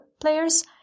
players